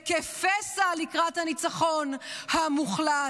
כפסע לקראת הניצחון המוחלט.